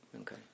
Okay